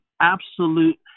absolute